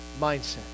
mindset